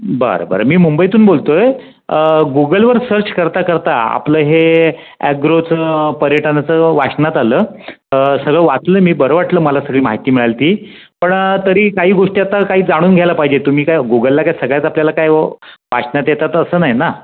बरं बरं मी मुंबईतून बोलतो आहे गुगलवर सर्च करता करता आपलं हे ॲग्रोचं पर्यटनाचं वाचनात आलं सगळं वाचलं मी बरं वाटलं मला सगळी माहिती मिळाली ती पण तरी काही गोष्टी आता काही जाणून घ्यायला पाहिजे तर मी काय गुगलला काही सगळ्याच आपल्याला काय हो वाचनात येतात असं नाही ना